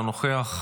אינו נוכח,